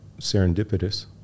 serendipitous